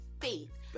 faith